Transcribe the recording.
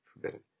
forbidden